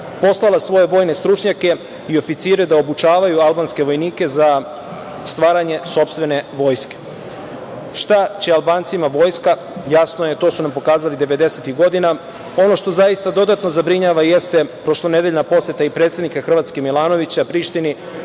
poslala je svoje vojne stručnjake i oficire da obučavaju albanske vojnike za stvaranje sopstvene vojske. Šta će Albancima vojska? Jasno je, to su nam pokazali devedesetih godina. Ono što zaista dodatno zabrinjava jeste prošlonedeljna poseta i predsednika Hrvatske, Milanovića, Prištini,